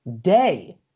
Day